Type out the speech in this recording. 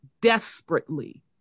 desperately